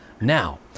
Now